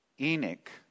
Enoch